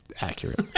Accurate